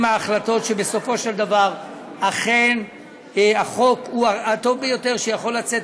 עם ההחלטות שבסופו של דבר החוק הוא אכן הטוב ביותר שיכול לצאת